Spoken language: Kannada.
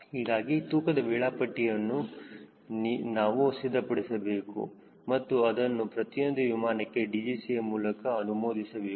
ಹೀಗಾಗಿ ತೂಕದ ವೇಳಾಪಟ್ಟಿಯನ್ನು ನಾವು ಸಿದ್ಧಪಡಿಸಬೇಕು ಮತ್ತು ಅದನ್ನು ಪ್ರತಿಯೊಂದು ವಿಮಾನಕ್ಕೆ DGCA ಮೂಲಕ ಅನುಮೋದಿಸಬೇಕು